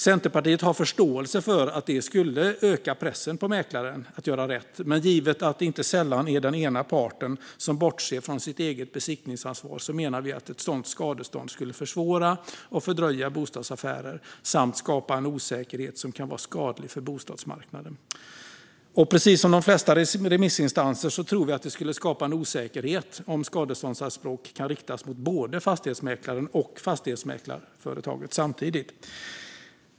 Centerpartiet har förståelse för att detta skulle öka pressen på mäklaren att göra rätt, men givet att det inte sällan är den ena parten som bortser från sitt eget besiktningsansvar menar vi att ett sådant skadestånd skulle försvåra och fördröja bostadsaffärer samt skapa en osäkerhet som kan vara skadlig för bostadsmarknaden. Precis som de flesta remissinstanser tror vi att det skulle skapa en osäkerhet om skadeståndsanspråk kan riktas mot både fastighetsmäklaren och fastighetsmäklarföretaget samtidigt.